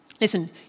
listen